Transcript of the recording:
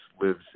lives